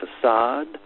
facade